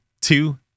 two